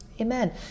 Amen